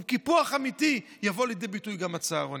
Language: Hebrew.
שהוא קיפוח אמיתי, יבוא לידי ביטוי גם בצהרונים.